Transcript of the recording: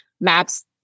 MAPS